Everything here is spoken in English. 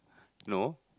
no